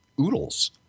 oodles